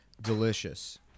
delicious